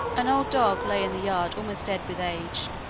an old dog lay in the yard almost dead with age,